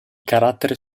carattere